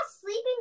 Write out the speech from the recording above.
sleeping